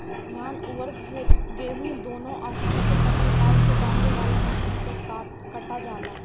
धान अउर गेंहू दुनों आसानी से फसल काट के बांधे वाला मशीन से कटा जाला